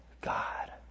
God